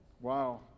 Wow